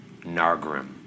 Nargrim